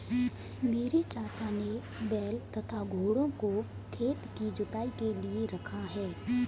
मेरे चाचा ने बैल तथा घोड़ों को खेत की जुताई के लिए रखा है